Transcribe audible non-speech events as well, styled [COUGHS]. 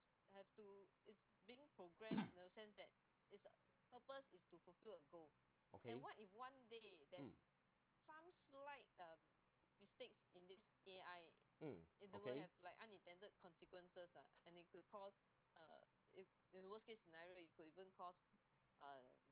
[COUGHS] okay mm mm okay